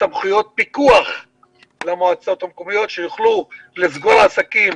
סמכויות פיקוח למועצות המקומיות כדי שיוכלו לסגור עסקים